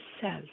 self